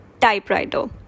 typewriter